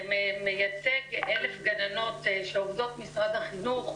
מייצג אלף גננות שהן עובדות משרד החינוך.